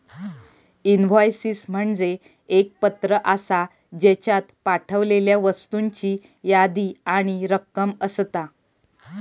invoices म्हणजे एक पत्र आसा, ज्येच्यात पाठवलेल्या वस्तूंची यादी आणि रक्कम असता